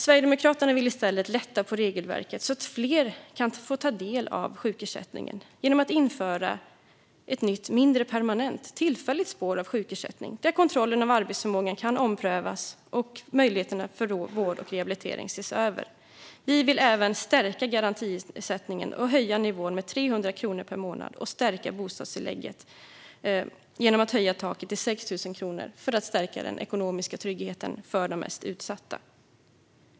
Sverigedemokraterna vill i stället lätta på regelverket, så att fler kan få ta del av sjukersättningen, genom att införa ett nytt mindre permanent och tillfälligt spår av sjukersättning där kontrollen av arbetsförmågan kan omprövas och möjligheterna till vård och rehabilitering ses över. Vi vill även stärka garantiersättningen och höja nivån med 300 kronor per månad och stärka bostadstillägget genom att höja taket till 6 000 kronor per månad för att öka den ekonomiska tryggheten för de mest utsatta.